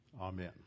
Amen